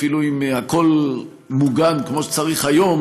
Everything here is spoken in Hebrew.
אפילו אם הכול מוגן כמו שצריך היום,